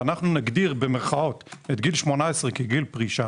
ונגדיר את גיל 18 כגיל פרישה,